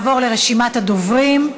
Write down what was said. נעבור לרשימת הדוברים: